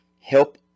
help